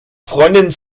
freundinnen